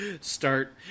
start